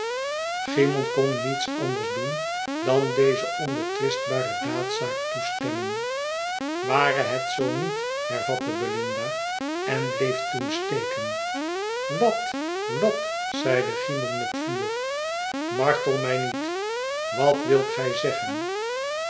cymon kon niets anders doen dan deze onbetwistbare daadzaak toestemmen ware het zoo niet hervatte belinda en bleef toen steken wat wat zeide cymon met vuur a martel mij niet wat wilt gij zeggen